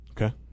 Okay